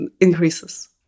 increases